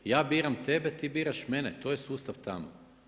Ja biram tebe, ti biraš mene, to je sustav tamo.